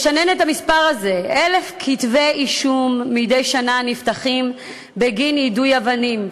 לשנן את המספר הזה: 1,000 כתבי-אישום נפתחים מדי שנה בגין יידוי אבנים.